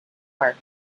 park